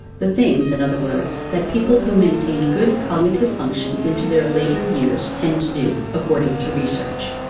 the things, in other words, that people who maintain good cognitive function into their later years tend to do, according to research.